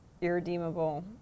irredeemable